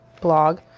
blog